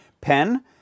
pen